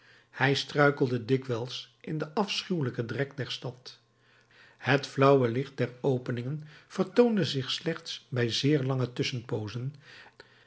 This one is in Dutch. hij struikelde dikwijls in den afschuwelijken drek der stad het flauwe licht der openingen vertoonde zich slechts bij zeer lange tusschenpoozen